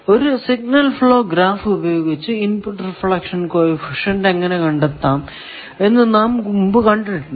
ഒരു signal flow graph ഉപയോഗിച്ച് input reflection coefficient എങ്ങനെ കണ്ടെത്താം എന്ന് മുമ്പ് നാം കണ്ടിട്ടുണ്ട്